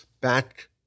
back